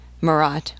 Marat